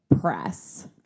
press